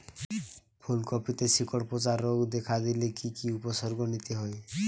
ফুলকপিতে শিকড় পচা রোগ দেখা দিলে কি কি উপসর্গ নিতে হয়?